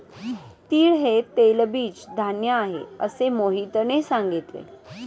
तीळ हे तेलबीज धान्य आहे, असे मोहितने सांगितले